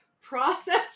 process